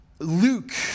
Luke